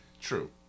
True